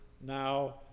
now